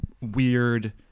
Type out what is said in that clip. weird